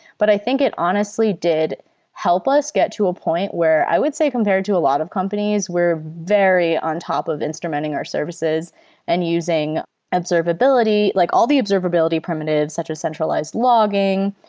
but i think it honestly did help us get to a point where i would say, compared to a lot of companies, we're very on top of instrumenting our services and using observability. like all the observability primitives such a centralized logging,